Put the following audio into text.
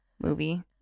movie